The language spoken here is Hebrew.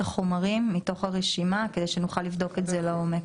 החומרים מתוך הרשימה כדי שנוכל לבדוק את זה לעומק.